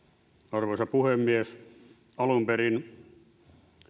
arvoisa puhemies alun perin